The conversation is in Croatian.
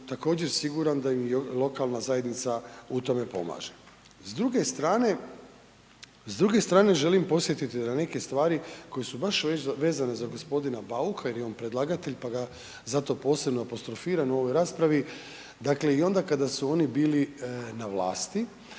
također siguran da im i lokalna zajednica u tome pomaže. S druge strane želim podsjetiti na neke stvari koje su baš vezane za g. Bauka jer je on predlagatelj, pa ga zato posebno apostrofiram u ovoj raspravi, dakle i onda kada su oni bili na vlasti